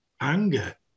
anger